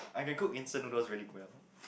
I can cook instant noodles really well